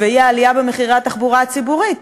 והיא העלייה במחירי התחבורה הציבורית,